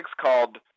called